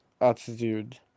attitude